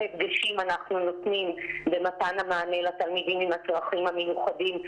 הדגשים אנחנו נותנים במתן המענה לתלמידים עם הצרכים המיוחדים,